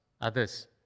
others